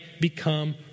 become